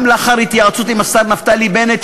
גם לאחר התייעצות עם השר נפתלי בנט,